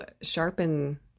sharpen